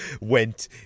went